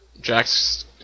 Jack's